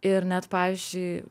ir net pavyzdžiui